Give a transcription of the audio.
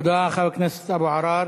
תודה, חבר הכנסת אבו עראר.